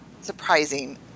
surprising